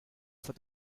for